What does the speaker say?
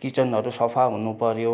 किचनहरू सफा हुनु पर्यो